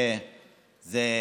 חבר הכנסת אוריאל בוסו, בבקשה.